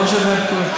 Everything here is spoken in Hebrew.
לא חושב שהם פטורים.